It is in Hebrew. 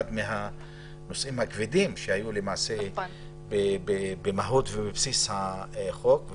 הנושאים הכבדים שהיו במהות ובבסיס החוק.